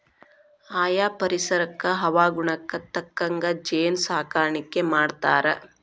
ಆಯಾ ಪರಿಸರಕ್ಕ ಹವಾಗುಣಕ್ಕ ತಕ್ಕಂಗ ಜೇನ ಸಾಕಾಣಿಕಿ ಮಾಡ್ತಾರ